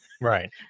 Right